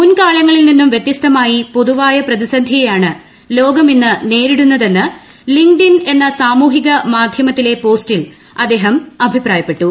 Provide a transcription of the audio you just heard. മുൻകാലങ്ങളിൽ നിന്നും വ്യത്യസ്തമായി പൊതുവായ പ്രതിസന്ധിയെയാണ് ലോകം ഇന്ന് നേരിടുന്നതെന്ന് ലിങ്ക്ഡ് ഇൻ എന്ന സാമുഹിക മാധ്യമത്തിലെ പോസ്റ്റിൽ അദ്ദേഹം അഭിപ്രായപ്പെട്ടു